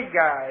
guys